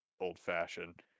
old-fashioned